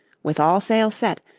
with all sail set,